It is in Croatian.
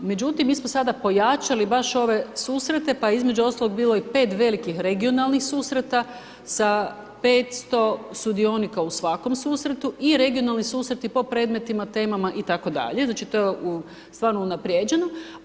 Međutim mi smo sada pojačali baš ove susrete pa je između ostalog bilo i pet velikih regionalnih susreta sa 500 sudionika u svakom susretu i regionalni susreti po predmetima, temama itd., znači to je stvarno unaprijeđeno.